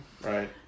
right